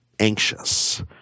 anxious